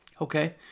okay